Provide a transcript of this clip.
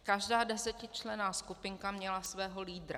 Každá desetičlenná skupinka měla svého lídra.